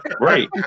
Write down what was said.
right